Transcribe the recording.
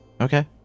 Okay